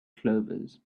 clovers